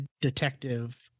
detective